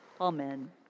Amen